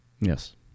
Yes